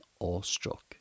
awestruck